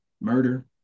Murder